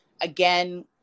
again